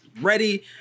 ready